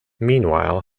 meanwhile